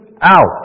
out